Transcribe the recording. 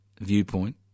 viewpoint